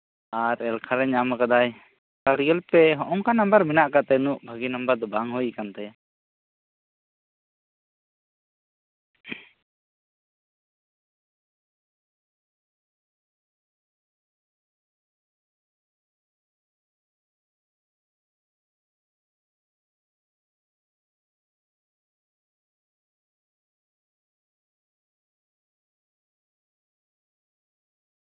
ᱟᱨ ᱮᱞᱠᱷᱟ ᱨᱮ ᱧᱟᱢᱟᱠᱟᱫᱟᱭ ᱵᱟᱨᱜᱮᱞ ᱯᱮ ᱦᱚᱜᱼᱚᱭ ᱱᱚᱝᱠᱟ ᱢᱮᱱᱟᱜ ᱠᱟᱫ ᱛᱟᱭᱟ ᱵᱷᱟᱜᱮ ᱱᱟᱢᱵᱟᱨ ᱫᱚ ᱵᱟᱝ ᱦᱩᱭ ᱠᱟᱱ ᱛᱟᱭᱟ